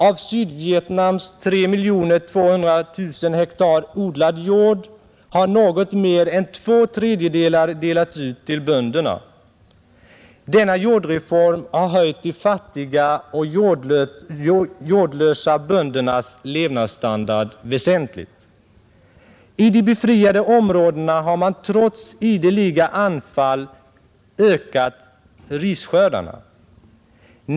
Av Sydvietnams 3 200 000 hektar odlad jord har något mer än två tredjedelar delats ut till bönderna. Denna reform har höjt de fattiga och jordlösa böndernas levnadsstandard väsentligt. I de befriade områdena har man trots ideliga anfall öökat risskördarna.